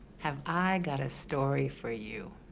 have i got a story for you.